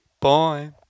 Bye